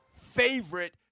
favorite